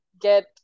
get